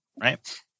Right